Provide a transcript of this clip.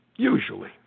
Usually